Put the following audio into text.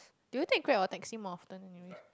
do you take Grab or taxi more often anyway